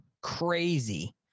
crazy